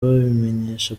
babimenyesha